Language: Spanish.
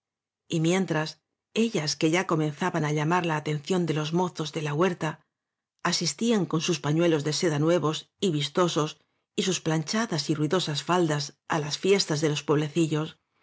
año mientras ellas que ya comenzaban á llamar la atención de los mozos de la huerta asistían con sus pañuelos de seda nuevos y vistosos y sus planchadas y ruidosas faldas á las fiestas de los pueblecillos